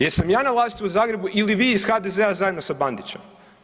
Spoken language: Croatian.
Jesam ja na vlasti u Zagrebu ili vi iz HDZ-a zajedno sa Bandićem?